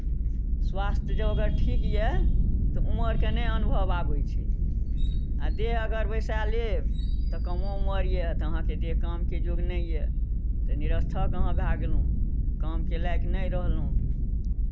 स्वास्थ्य जँ अगर ठीक यए तऽ उमरके नहि अनुभव आबै छै आ देह अगर बैसा लेब तऽ कमो उमर यए तऽ अहाँके देह कामके योग्य नहि यए तऽ निरर्थक अहाँ भए गेलहुँ कामके लायक नहि रहलहुँ